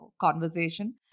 conversation